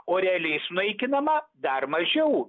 o realiais naikinama dar mažiau